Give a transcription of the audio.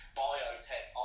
biotech